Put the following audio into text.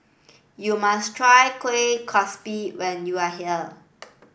you must try Kuih Kasturi when you are here